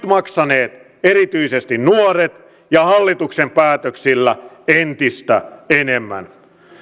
maksaneet erityisesti nuoret jo nyt ja hallituksen päätöksillä entistä enemmän